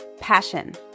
passion